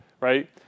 right